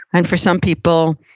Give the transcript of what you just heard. and for some people,